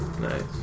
Nice